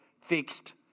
fixed